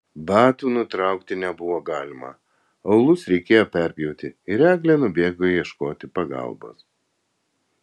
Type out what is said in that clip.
batų nutraukti nebuvo galima aulus reikėjo perpjauti ir eglė nubėgo ieškoti pagalbos